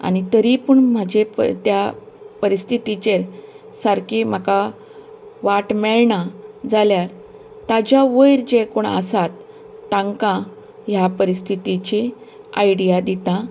आनी तरी पूण म्हजेर त्या परिस्थितीचेर सारकी म्हाका वाट मेळना जाल्यार ताज्या वयर जे कोण आसात तांकां ह्या परिस्थितीची आयडिया दितां